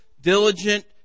diligent